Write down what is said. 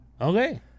Okay